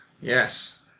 Yes